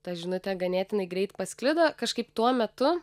tas žinote ganėtinai greit pasklido kažkaip tuo metu